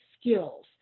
skills